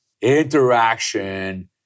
interaction